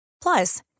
Plus